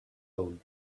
own